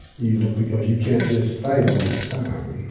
you know, because you can't just fight all the time,